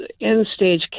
end-stage